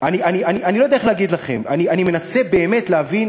אני לא יודע איך להגיד לכם, אני מנסה באמת להבין